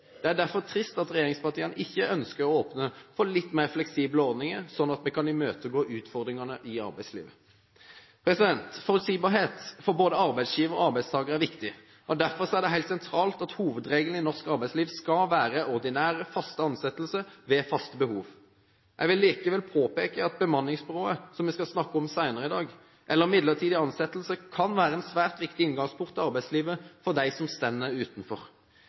Det er derfor trist at regjeringspartiene ikke ønsker å åpne opp for litt mer fleksible ordninger, slik at vi kan møte utfordringene i arbeidslivet. Forutsigbarhet for både arbeidsgiver og arbeidstaker er viktig. Derfor er det helt sentralt at hovedregelen i norsk arbeidsliv skal være ordinære, faste ansettelser, ved faste behov. Jeg vil likevel påpeke at bemanningsbyråer, som vi skal snakke om senere i dag, eller midlertidig ansettelse kan være en svært viktig inngangsport til arbeidslivet for dem som står utenfor.